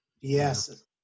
yes